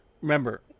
remember